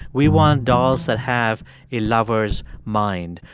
we want dolls that have a lover's mind.